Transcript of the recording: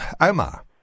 Omar